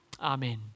Amen